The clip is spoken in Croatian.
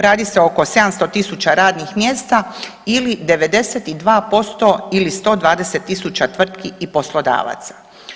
Radi se oko 70.000 radnih mjesta ili 92% ili 120.000 tvrtki i poslodavaca.